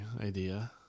idea